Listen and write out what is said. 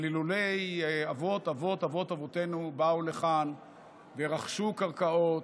אבל אילולא אבות-אבות-אבות אבותינו באו לכאן ורכשו קרקעות,